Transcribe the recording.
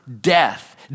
death